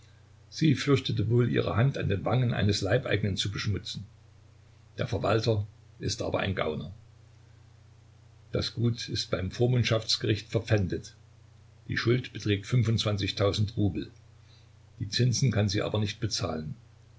sie fürchtet wohl ihre hand an den wangen eines leibeigenen zu beschmutzen der verwalter ist aber ein gauner das gut ist beim vormundschaftsgericht verpfändet die schuld beträgt fünfundzwanzigtausend rubel die zinsen kann sie aber nicht bezahlen